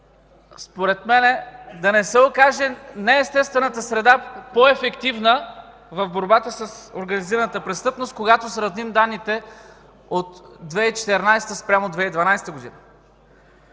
на ГДБОП – да не се окаже неестествената среда по-ефективна в борбата с организираната престъпност, когато сравним данните от 2014-а спрямо 2012 г.